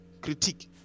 critique